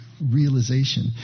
realization